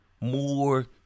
more